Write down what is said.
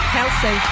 Kelsey